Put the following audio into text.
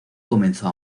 comenzó